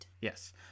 Yes